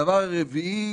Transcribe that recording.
רביעית,